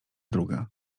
druga